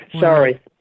Sorry